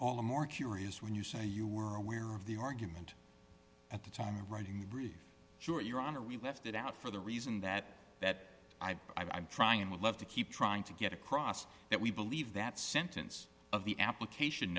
all the more curious when you say you were aware of the argument at the time of writing the brief short your honor we left it out for the reason that that i but i'm trying and would love to keep trying to get across that we believe that sentence of the application